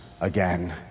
again